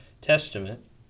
Testament